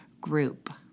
group